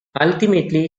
ultimately